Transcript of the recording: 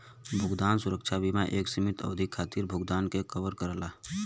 भुगतान सुरक्षा बीमा एक सीमित अवधि खातिर भुगतान के कवर करला